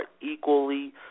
equally